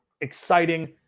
exciting